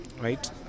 right